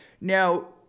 Now